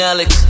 Alex